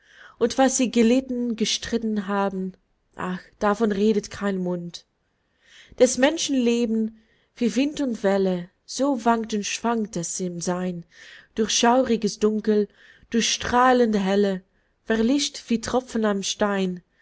und was sie gelitten gestritten haben ach davon redet kein mund des menschen leben wie wind und welle so wankt und schwankt es im sein durch schauriges dunkel durch strahlende helle verlischt wie tropfen am stein